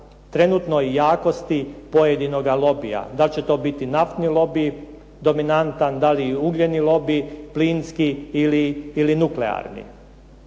trenutnoj jakosti pojedinoga lobija. Da li će to biti naftni lobi dominantan da li ugljeni lobi, plinski ili nuklearni.